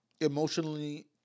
emotionally